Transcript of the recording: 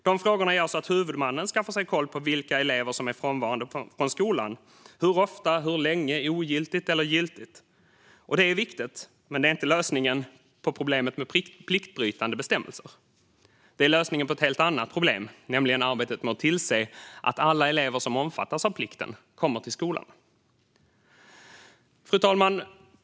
Dessa frågor gör så att huvudmannen skaffar sig koll på vilka elever som är frånvarande från skolan - hur ofta, hur länge, ogiltigt eller giltigt. Detta är viktigt, men det är inte lösningen på problemet med pliktbrytande bestämmelser. Det är lösningen på ett helt annat problem, nämligen arbetet med att tillse att alla elever som omfattas av plikten kommer till skolan. Fru talman!